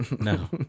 no